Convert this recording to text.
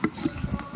חמש דקות